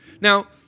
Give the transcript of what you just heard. Now